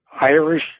Irish